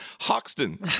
Hoxton